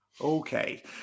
Okay